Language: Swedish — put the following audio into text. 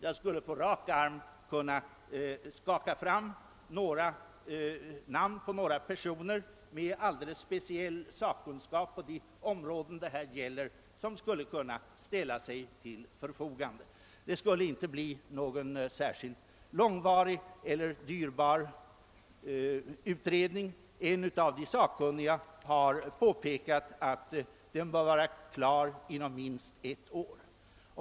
Jag skulle på rak arm kunna skaka fram namn på några personer med alldeles speciell sakkunskap på de områden det här gäller, vilka skulle kunna ställa sig till förfogande. Det skulle inte heller bli någon särskilt långvarig eller dyrbar utredning. En av de sakkunniga har påpekat att den bör vara klar inom minst ett år.